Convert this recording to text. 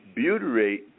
butyrate